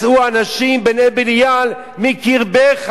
"יצאו אנשים בני בליעל מקרבך"